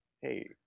hey